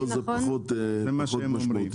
ופה זה פחות משמעותי.